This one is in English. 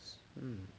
hmm